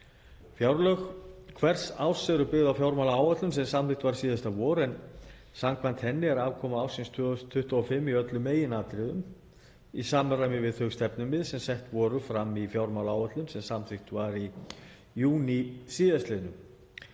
Fjárlög hvers árs eru byggð á fjármálaáætlun sem samþykkt var síðasta vor. Samkvæmt henni er afkoma ársins 2025 í öllum meginatriðum í samræmi við þau stefnumið sem sett voru fram í fjármálaáætlun sem samþykkt var í júní síðastliðnum